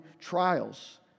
trials